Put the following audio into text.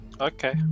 okay